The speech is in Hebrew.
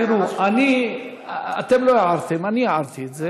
תראו, אתם לא הערתם,